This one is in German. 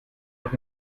noch